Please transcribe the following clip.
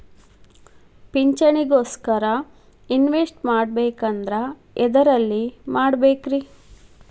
ಪಿಂಚಣಿ ಗೋಸ್ಕರ ಇನ್ವೆಸ್ಟ್ ಮಾಡಬೇಕಂದ್ರ ಎದರಲ್ಲಿ ಮಾಡ್ಬೇಕ್ರಿ?